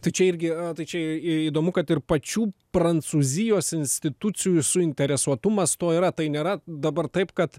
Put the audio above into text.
tu čia irgi tai čia įdomu kad ir pačių prancūzijos institucijų suinteresuotumas to yra tai nėra dabar taip kad